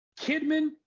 Kidman